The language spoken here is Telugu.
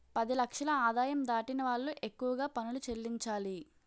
పది లక్షల ఆదాయం దాటిన వాళ్లు ఎక్కువగా పనులు చెల్లించాలి